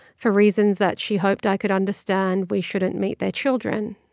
for reasons that she hoped i could understand, we shouldn't meet their children.